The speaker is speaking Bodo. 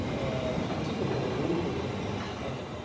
ओह खान्थिफोरखौ रुलफोरखौ बियो मानिनांगोन